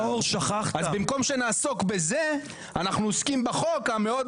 אז במקום שנעסוק בזה אנחנו עוסקים בחוק המאוד